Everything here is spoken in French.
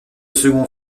second